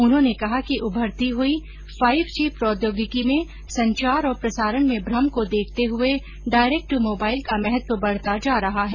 उन्होंने कहा कि उभरती हुई फाइव जी प्रौदयोगिकी में संचार और प्रसारण में भ्रम को देखते हुए डायरेक्ट टू मोबाइल का महत्व बढता जा रहा है